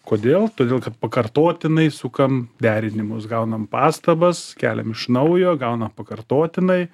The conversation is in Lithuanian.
kodėl todėl kad pakartotinai sukam derinimus gaunam pastabas keliam iš naujo gaunam pakartotinai